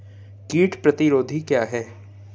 कीट प्रतिरोधी क्या है?